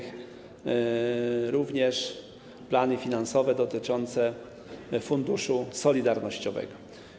Chodzi również o plany finansowe dotyczące Funduszu Solidarnościowego.